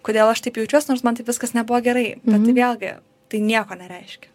kodėl aš taip jaučiuos nors man taip viskas nebuvo gerai bet tai vėlgi tai nieko nereiškia